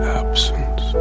absence